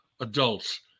adults